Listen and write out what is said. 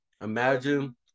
imagine